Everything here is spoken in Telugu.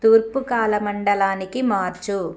తూర్పు కాలమండలానికి మార్చు